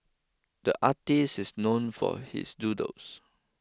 the artist is known for his doodles